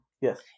Yes